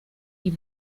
die